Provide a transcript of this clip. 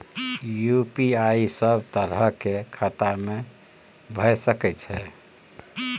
UPI सब तरह के खाता में भय सके छै?